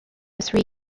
three